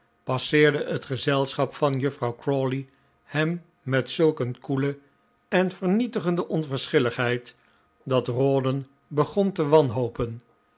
passeerde het gezelschap van juffrouw crawley hem met zulk een koele en vernietigende onverschilligheid dat rawdon begon te wanhopen